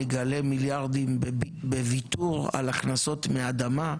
נגלה מיליארדים בוויתור על הכנסות מאדמה,